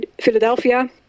Philadelphia